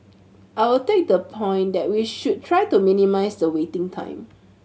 I will take the point that we should try to minimise the waiting time